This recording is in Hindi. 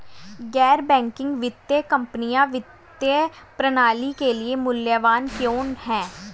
गैर बैंकिंग वित्तीय कंपनियाँ वित्तीय प्रणाली के लिए मूल्यवान क्यों हैं?